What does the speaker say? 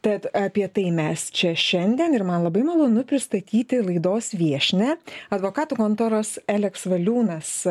tad apie tai mes čia šiandien ir man labai malonu pristatyti laidos viešnią advokatų kontoros eleks valiūnas